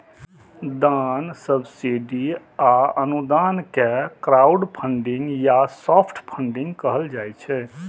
दान, सब्सिडी आ अनुदान कें क्राउडफंडिंग या सॉफ्ट फंडिग कहल जाइ छै